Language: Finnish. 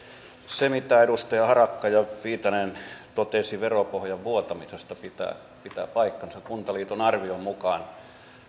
se mitä edustajat harakka ja viitanen totesivat veropohjan vuotamisesta pitää paikkansa kuntaliiton arvion mukaan